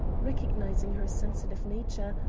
recognizing her sensitive nature,